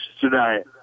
tonight